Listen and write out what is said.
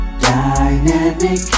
Dynamic